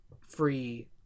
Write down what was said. free